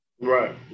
Right